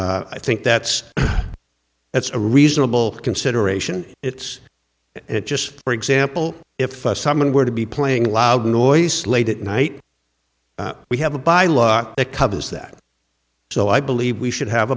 i think that's that's a reasonable consideration it's just for example if someone were to be playing loud noises late at night we have a by law that covers that so i believe we should have